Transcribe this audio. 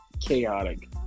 chaotic